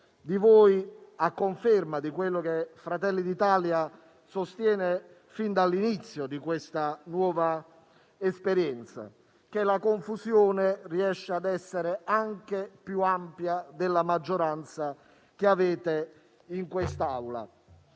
di voi, a conferma di ciò che Fratelli d'Italia sostiene fin dall'inizio di questa nuova esperienza, cioè che la confusione riesce ad essere anche più ampia della maggioranza che avete in quest'Aula.